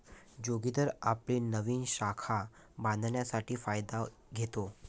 जोगिंदर आपली नवीन शाखा बांधण्यासाठी फायदा घेतो